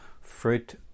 fruit